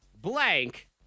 blank